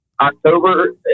October